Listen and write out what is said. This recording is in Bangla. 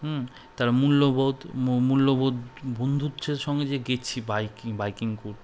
হুম তারা মূল্যবোধ মূল্যবোধ বন্ধুত্বের সঙ্গে যে গেছি বাইকিং বাইকিং করতে